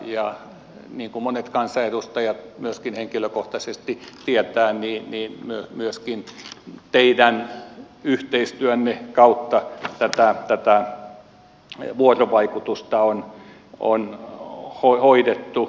niin kuin monet kansanedustajat henkilökohtaisesti tietävät niin myöskin teidän yhteistyönne kautta tätä vuorovaikutusta on hoidettu